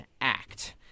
Act